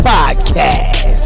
Podcast